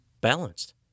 balanced